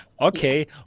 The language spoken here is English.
Okay